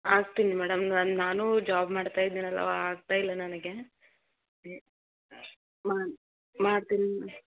ಆಗ್ತೀನಿ ಮೇಡಮ್ ನಾನು ನಾನು ಜಾಬ್ ಮಾಡ್ತಾ ಇದೀನಲ್ವಾ ಆಗ್ತಾಯಿಲ್ಲ ನನಗೆ ಮಾತಿಂದ